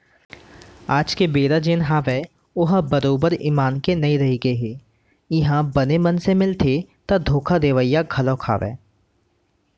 आज के बेरा जेन हवय ओहा बरोबर ईमान के नइ रहिगे हे इहाँ बने मनसे मिलथे ता धोखा देवइया घलोक हवय